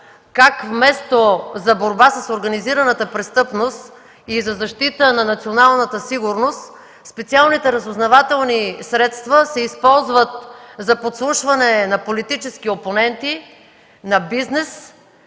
как вместо за борба с организираната престъпност и за защита на националната сигурност специалните разузнавателни средства се използват за подслушване на политически опоненти, на бизнес